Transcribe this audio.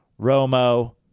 Romo